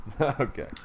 Okay